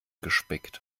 gespickt